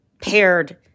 paired